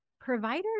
providers